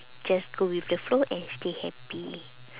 just go with the flow and stay happy